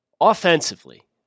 Offensively